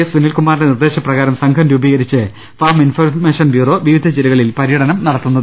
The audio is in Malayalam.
എസ് സുനിൽകുമാറിന്റെ നിർദ്ദേശ പ്രകാരം സംഘം രൂപീകരിച്ച് ഫാം ഇൻഫർമേ ഷൻ ബ്യൂറോ വിവിധ ജില്ലകളിൽ പരൃടനം നടത്തുന്നത്